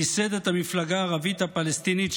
וייסד את המפלגה הערבית הפלסטינית,